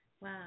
Wow